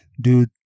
Dude